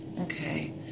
Okay